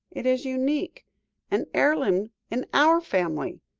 it is unique an heirloom in our family.